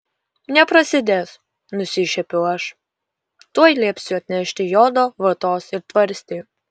neprasidės nusišiepiau aš tuoj liepsiu atnešti jodo vatos ir tvarstį